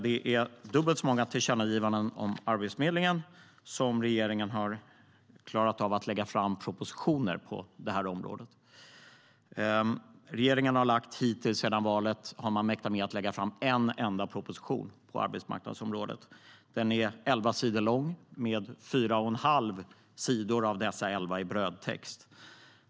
Det är dubbelt så många tillkännagivanden om Arbetsförmedlingen som propositioner på det här området som regeringen har klarat av att lägga fram. Regeringen har sedan valet mäktat med att lägga fram en enda proposition på arbetsmarknadsområdet. Den är elva sidor lång, och fyra och en halv av dessa elva sidor är brödtext.